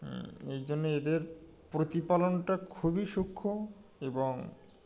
এই জন্যে এদের প্রতিপালনটা খুবই সূক্ষ্ম এবং